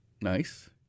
Nice